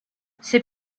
ses